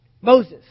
Moses